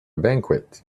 banquet